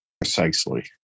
Precisely